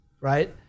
right